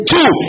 Two